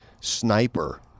sniper